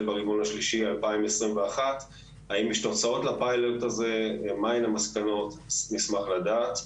ברבעון השלישי 2021. האם יש תוצאות לפיילוט הזה ומהן המסקנות נשמח לדעת.